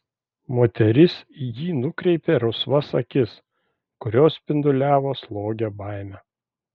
moteris į jį nukreipė rusvas akis kurios spinduliavo slogią baimę